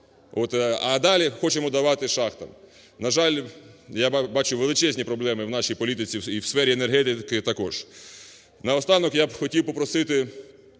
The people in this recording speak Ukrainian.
А далі хочемо давати шахтам. На жаль, я бачу величезні проблеми в нашій політиці і в сфері енергетики також. Наостанок я хотів попросити